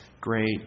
great